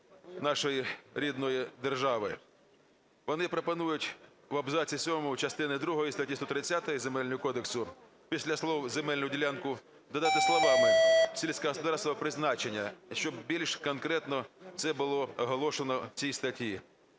нашої рідної держави. Вони пропонують в абзаці сьомому частини другої статті 130 Земельного кодексу України після слів "земельну ділянку" додати слова "сільськогосподарського призначення", щоб більш конкретно це було оголошено в цій статті.